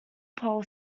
pole